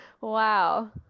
wow